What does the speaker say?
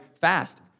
fast